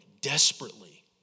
desperately